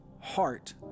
heart